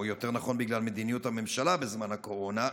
או יותר נכון בגלל מדיניות הממשלה בזמן הקורונה,